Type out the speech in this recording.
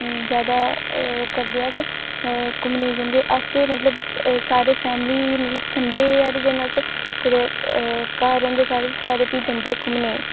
बड़े जादा ओह् करदे अस घुम्मनै गी जंदे अस ते मतलब फैमिली संडे आह्ले दिन कुदै घुम्मनै गी जंदे घर होंदे सारे ते भी जंदे घुम्मनै गी